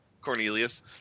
Cornelius